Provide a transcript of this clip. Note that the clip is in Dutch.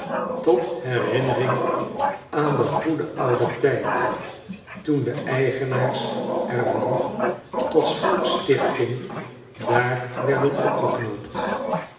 tot herinnering aan den goeden ouden tijd toen de eigenaars er van tot s volks stichting daar werden opgeknoopt